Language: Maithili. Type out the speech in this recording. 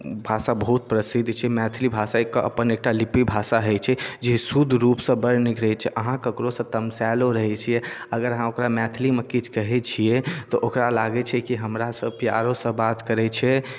ओ भाषा प्रसिद्ध छै मैथली भाषाके एकटा अपन लिपि भाषा हइ छै जे शुद्ध रूपसँ बड़ नीक रहै छै अहाँ ककरोसँ तमसायलो रहै छियै अगर ओकरा अहाँ मैथलीमे किछु कहै छियै तऽ ओकरा लागै छै की हमरासँ प्यारेसँ बात करै छै